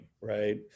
right